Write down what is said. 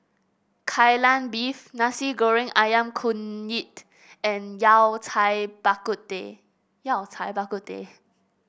Kai Lan Beef Nasi Goreng ayam kunyit and Yao Cai Bak Kut Teh Yao Cai Bak Kut Teh